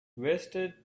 wasted